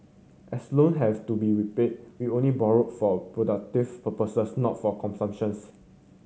as loan have to be repaid we only borrowed for productive purpose not for consumption's